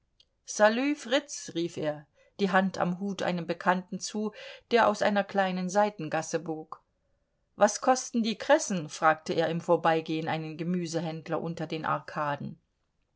salü fritz rief er die hand am hut einem bekannten zu der aus einer kleinen seitengasse bog was kosten die kressen fragte er im vorbeigehen einen gemüsehändler unter den arkaden